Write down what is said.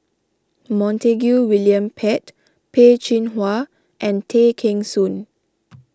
Montague William Pett Peh Chin Hua and Tay Kheng Soon